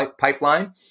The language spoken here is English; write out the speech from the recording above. pipeline